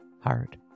hard